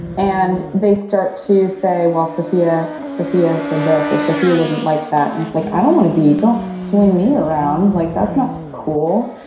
and they start to say, well, sophia sophia said this or sophia wouldn't like that. and it's like i don't want to be don't sling me around, like that's not cool.